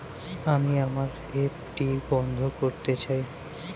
আমি আমার এফ.ডি বন্ধ করতে চাই